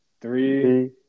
Three